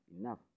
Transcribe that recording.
enough